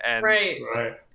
Right